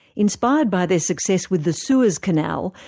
inspired by their success with the suez canal,